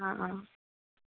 অ' অ'